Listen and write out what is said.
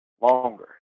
longer